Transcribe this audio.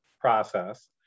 process